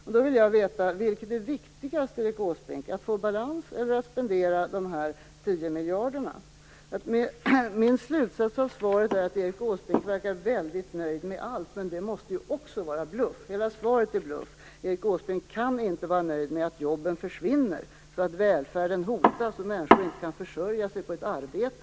Jag vill då veta: Vilket är viktigast, Erik Åsbrink, att få balans eller att spendera de här tio miljarderna? Min slutsats av svaret är att Erik Åsbrink verkar vara väldigt nöjd med allt, men också det måste ju vara bluff. Hela svaret är en bluff. Erik Åsbrink kan inte vara nöjd med att jobben försvinner, så att välfärden hotas och människor inte kan försörja sig på ett arbete.